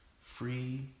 free